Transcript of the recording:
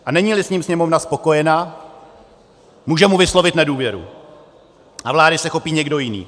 A neníli s ním Sněmovna spokojena, může mu vyslovit nedůvěru a vlády se chopí někdo jiný.